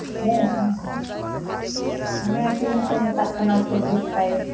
ᱦᱮᱸ ᱚᱱᱮ ᱛᱤᱱᱟᱹᱜ ᱠᱚ ᱢᱮᱛᱟᱜ ᱠᱟᱱᱟ ᱪᱚᱵᱵᱤᱥ ᱥᱟᱭᱤᱡ